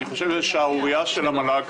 אני חושב שזה שערורייה של המל"ג,